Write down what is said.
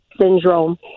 syndrome